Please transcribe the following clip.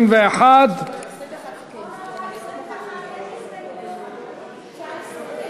21. ל-21 יש הסתייגות.